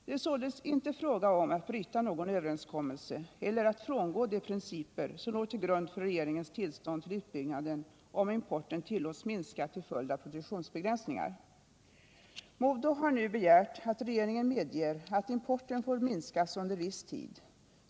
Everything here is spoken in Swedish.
Det är således inte fråga om att bryta någon överenskommelse eller att frångå de principer som låg till grund för regeringens tillstånd till utbyggnaden, om importen tillåts minska till följd av produktionsbegränsningar. MoDo har nu begärt att regeringen medger att importen får minskas under viss tid.